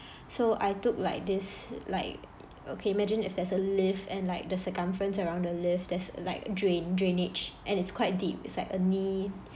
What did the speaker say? so I took like this like okay imagine if there's a lift and like the circumference around the lift there's like drain drainage and it's quite deep it's like a knee